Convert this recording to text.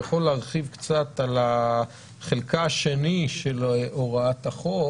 קצת על חלקה השני של הוראת החוק,